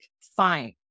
Fine